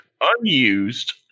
Unused